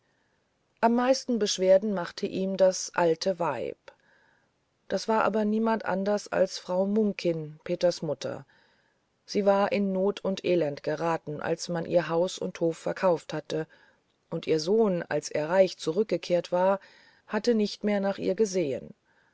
am meisten beschwerde machte ihm das alte weib das war aber niemand anders als frau munkin peters mutter sie war in not und elend geraten als man ihr haus und hof verkauft hatte und ihr sohn als er reich zurückgekehrt war hatte nicht mehr nach ihr umgesehen